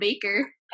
baker